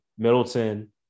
Middleton